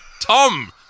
Tom